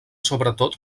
sobretot